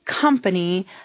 company